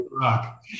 rock